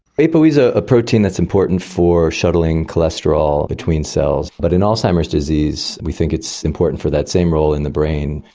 a p o e four is ah a protein that's important for shuttling cholesterol between cells, but in alzheimer's disease we think it's important for that same role in the brain.